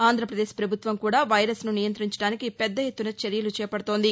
ఆంధ్రప్రదేశ్ ప్రభుత్వం కూడా వైరస్ను నియంత్రించడానికి పెద్ద ఎత్తున చర్యలు చేపడుతోంది